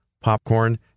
popcorn